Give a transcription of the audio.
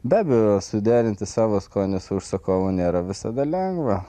be abejo suderinti savo skonį su užsakovo nėra visada lengva